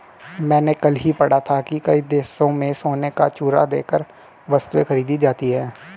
मैंने कल ही पढ़ा था कि कई देशों में सोने का चूरा देकर वस्तुएं खरीदी जाती थी